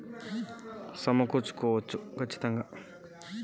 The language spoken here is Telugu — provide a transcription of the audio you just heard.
ఇతర డిస్ట్రిబ్యూటర్ లేదా రిటైలర్ నుండి సమకూర్చుకోవచ్చా?